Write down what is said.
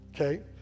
okay